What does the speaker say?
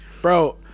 Bro